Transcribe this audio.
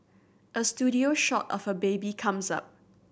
a studio shot of a baby comes up